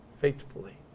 faithfully